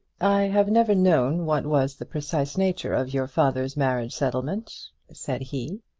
i have never known what was the precise nature of your father's marriage settlement, said he.